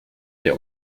wer